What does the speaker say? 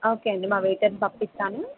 okay అండి మా వైటర్ని పంపిస్తాను